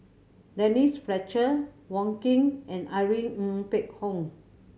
Denise Fletcher Wong Keen and Irene Ng Phek Hoong